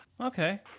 Okay